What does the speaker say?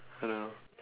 I don't know